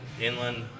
inland